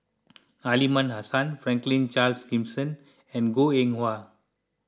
Aliman Hassan Franklin Charles Gimson and Goh Eng Wah